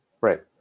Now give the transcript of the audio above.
right